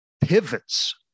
pivots